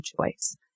choice